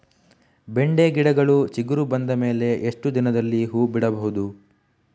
ಬೆಂಡೆ ಗಿಡಗಳು ಚಿಗುರು ಬಂದ ಮೇಲೆ ಎಷ್ಟು ದಿನದಲ್ಲಿ ಹೂ ಬಿಡಬಹುದು?